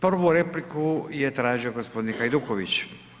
Prvu repliku je tražio gospodin Hajduković.